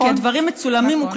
מעל הדוכן הזה,